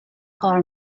کار